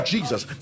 Jesus